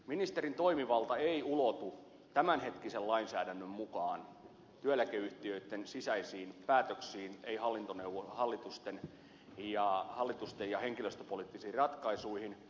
ministerin toimivalta ei ulotu tämänhetkisen lainsäädännön mukaan työeläkeyhtiöitten sisäisiin päätöksiin ei hallitusten ratkaisuihin eikä henkilöstöpoliittisiin ratkaisuihin